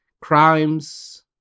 crimes